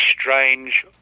strange